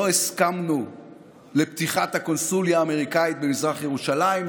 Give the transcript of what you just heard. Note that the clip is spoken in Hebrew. לא הסכמנו לפתיחת הקונסוליה האמריקאית במזרח ירושלים.